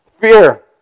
Fear